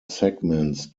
segments